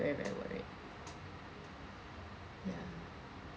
very very worried ya